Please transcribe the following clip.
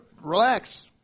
relax